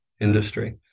industry